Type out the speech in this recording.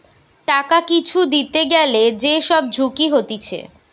টাকা কিছু দিতে গ্যালে যে সব ঝুঁকি হতিছে